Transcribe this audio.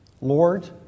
Lord